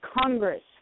Congress